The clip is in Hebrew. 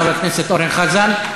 חבר הכנסת אורן חזן.